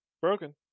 Broken